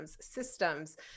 systems